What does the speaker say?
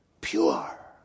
Pure